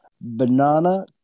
Banana